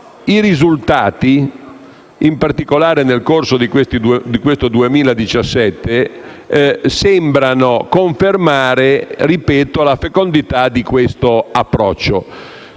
I risultati, in particolare nel corso del 2017, sembrano confermare - ripeto - la fecondità di questo approccio.